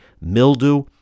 mildew